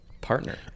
partner